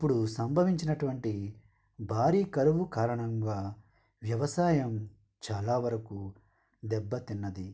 అప్పుడు సంభవిచినటువంటి భారీ కరువు కారణంగా వ్యవసాయం చాలా వరకు దెబ్బతిన్నది